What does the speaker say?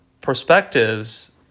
perspectives